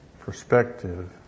perspective